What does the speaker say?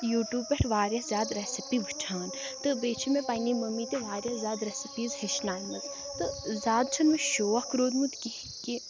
YouTube پٮ۪ٹھ وارِیاہ زیادٕ رٮ۪سِپی وُچھان تہٕ بیٚیہِ چھِ مےٚ پَنٛنہِ مٔمی تہِ وارِیاہ زیادٕ رٮ۪سِپیٖز ہیٚچھنایمٕژ تہٕ زیادٕ چھُنہٕ مےٚ شوق روٗدمُت کیٚنٛہہ کہِ